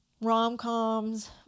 rom-coms